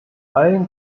allen